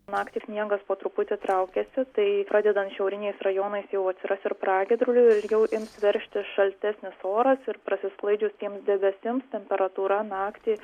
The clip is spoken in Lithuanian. naktį sniegas po truputį traukiasi tai pradedant šiauriniais rajonais jau atsiras ir pragiedrulių ir jau ims veržtis šaltesnis oras ir prasisklaidžius tiems debesims temperatūra naktį